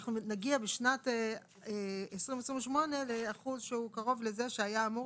אנחנו נגיע בשנת 2028 לאחוז שהוא קרוב לזה שהיה אמור